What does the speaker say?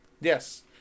Yes